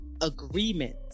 agreement